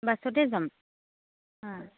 বাছতে যাম